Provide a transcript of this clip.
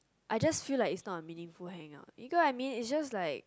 I just feel like is not a meaningful hangout because I mean is just like